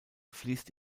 fließt